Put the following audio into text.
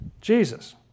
Jesus